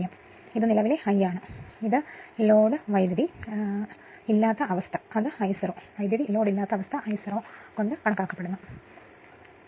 അതിനാൽ ഇത് നിലവിലെ I ആണ് അത് ലോഡ് കറന്റ് I0 അല്ല